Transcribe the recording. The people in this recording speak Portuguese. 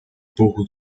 pouco